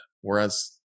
whereas